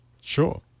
Sure